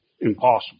impossible